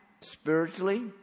spiritually